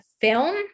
film